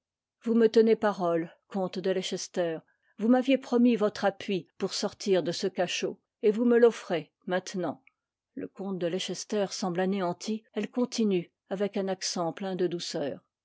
vous me tenez parole comte de leicester vous m'aviez promis votre appui pour sortir de ce cachot et vous me l'offrez maintenant le comte de leicester semble anéanti elle continue avec un accent plein de douceur